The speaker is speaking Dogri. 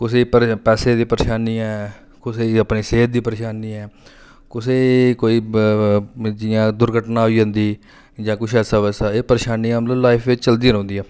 कुसै ई पैसे दी परेशानी ऐ कुसै ई अपने सेह्त दी परेशानी ऐ कुसै ई कोई ब जियां दुर्घटना होई जंदी जां किश ऐसा वैसा एह् परेशानियां मतलब लाईफ च चलदियां रौंह्दियां